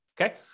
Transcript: okay